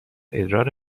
ادرار